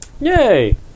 Yay